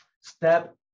Step